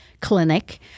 clinic